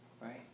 right